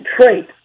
trait